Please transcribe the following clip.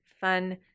Fun